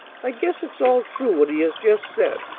i guess it's all true what he has just said.